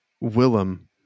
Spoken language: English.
Willem